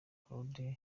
claude